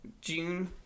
June